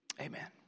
amen